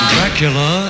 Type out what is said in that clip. Dracula